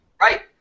Right